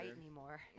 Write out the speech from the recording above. anymore